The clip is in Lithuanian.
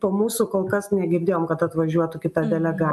po mūsų kol kas negirdėjom kad atvažiuotų kita delega